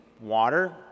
water